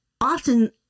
often